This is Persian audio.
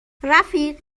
رفیق